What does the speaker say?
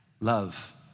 love